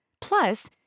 Plus